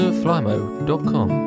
flymo.com